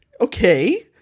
Okay